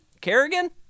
Kerrigan